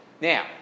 Now